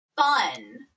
fun